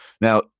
Now